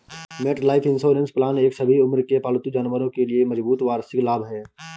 MetLife insurance plan एक सभी उम्र के पालतू जानवरों के लिए मजबूत वार्षिक लाभ है